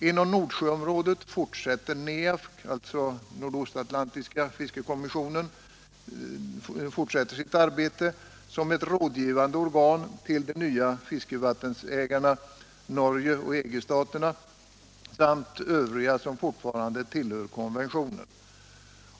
Inom Nordsjöområdet fortsätter NEAFC — Nordostatlantiska fiskekommissionen — sitt arbete som ett rådgivande organ till de nya fiskevattensägarna, Norge och EG-staterna, samt övriga som fortfarande tillhör konventionen.